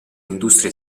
industrie